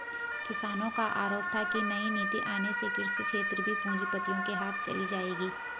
किसानो का आरोप था की नई नीति आने से कृषि क्षेत्र भी पूँजीपतियो के हाथ चली जाएगी